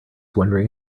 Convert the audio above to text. wondering